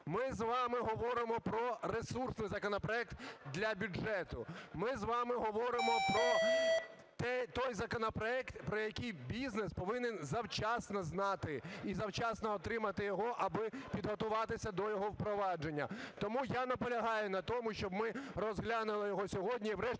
ми з вами говоримо про ресурсний законопроект для бюджету. Ми з вами говоримо про той законопроект, про який бізнес повинен завчасно знати і завчасно отримати його, аби підготуватися до його впровадження. Тому я наполягаю на тому, щоб ми розглянули його сьогодні - і